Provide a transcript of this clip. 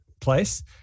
place